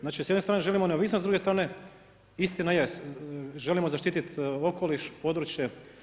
Znači sa jedne strane želimo neovisnost, s druge strane istina je, želimo zaštititi okoliš, područje.